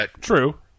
True